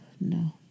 No